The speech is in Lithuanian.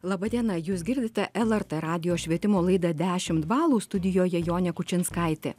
laba diena jūs girdite lrt radijo švietimo laidą dešimt balų studijoje jonė kučinskaitė